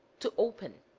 to open